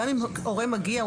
גם אם הורה מגיע,